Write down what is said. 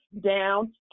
down